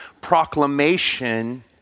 proclamation